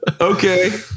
Okay